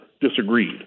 disagreed